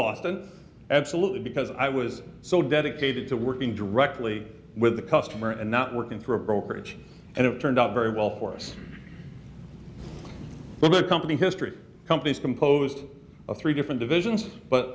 boston absolutely because i was so dedicated to working directly with the customer and networking through a brokerage and it turned out very well for the company history companies composed of three different divisions but